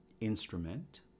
instrument